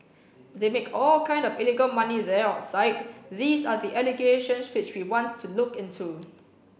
they make all kind of illegal money there outside these are the allegations which we want to look into